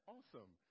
Awesome